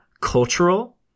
cultural